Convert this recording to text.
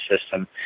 system